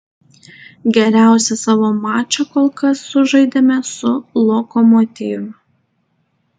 geriausią savo mačą kol kas sužaidėme su lokomotiv